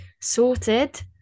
Sorted